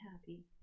happy